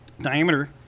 diameter